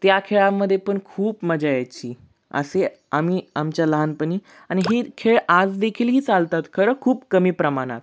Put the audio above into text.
त्या खेळामध्ये पण खूप मजा यायची असे आम्ही आमच्या लहानपणी आणि हे खेळ आज देखीलही चालतात खरं खूप कमी प्रमाणात